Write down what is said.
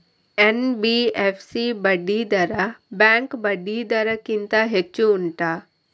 NBFC ಬಡ್ಡಿ ದರ bank ಬಡ್ಡಿ ದರ ಗಿಂತ ಹೆಚ್ಚು ಉಂಟಾ